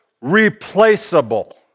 replaceable